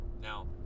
Now